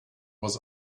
was